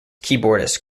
keyboardist